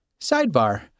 Sidebar